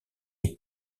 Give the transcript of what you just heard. est